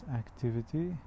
activity